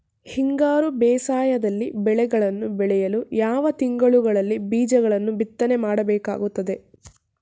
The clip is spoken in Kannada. ಹಿಂಗಾರು ಬೇಸಾಯದಲ್ಲಿ ಬೆಳೆಗಳನ್ನು ಬೆಳೆಯಲು ಯಾವ ತಿಂಗಳುಗಳಲ್ಲಿ ಬೀಜಗಳನ್ನು ಬಿತ್ತನೆ ಮಾಡಬೇಕಾಗುತ್ತದೆ?